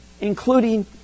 including